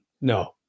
no